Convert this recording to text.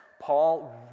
Paul